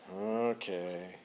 Okay